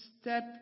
step